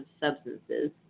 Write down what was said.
substances